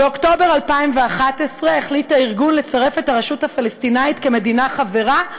באוקטובר 2011 החליט הארגון לצרף את הרשות הפלסטינית כמדינה חברה,